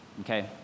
okay